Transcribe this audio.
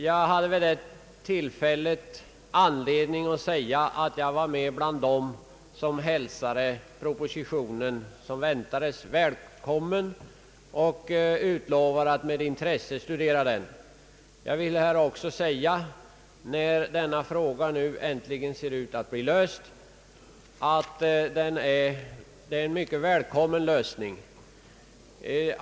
Jag hade vid det tillfället anledning att säga att jag var en av dem som hälsade den väntade propositionen välkommen och utlovade att med intresse studera den. Jag vill också betona, när nu denna fråga ser ut att äntligen bli löst, att det är en mycket välkommen lösning.